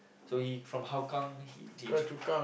so he from Hougang then he